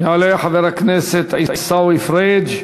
יעלה חבר הכנסת עיסאווי פריג',